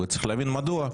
וצריך להבין מדוע.